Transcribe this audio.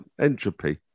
entropy